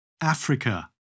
Africa